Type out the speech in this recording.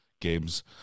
games